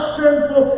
sinful